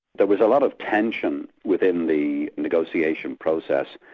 there was a lot of tension within the negotiation process,